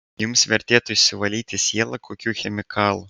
jums vertėtų išsivalyti sielą kokiu chemikalu